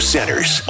Centers